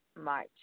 March